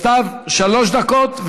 סתיו, שלוש דקות.